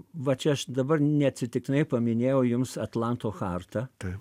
va čia aš dabar neatsitiktinai paminėjau jums atlanto chartą